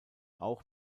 auch